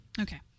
Okay